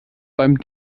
beim